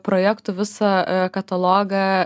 projektų visą katalogą